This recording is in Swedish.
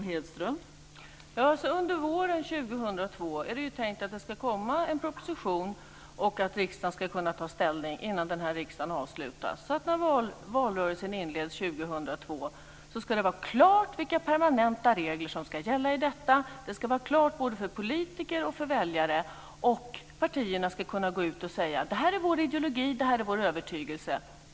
Fru talman! Det är ju tänkt att en proposition ska komma under våren 2002 och att riksdagen ska kunna ta ställning innan riksmötet avslutas. När valrörelsen inleds 2002 ska det alltså stå klart vilka permanenta regler som ska gälla i detta avseende. Det ska vara klart för både politiker och väljare, och partierna ska kunna gå ut och säga: Det här är vår ideologi och vår övertygelse.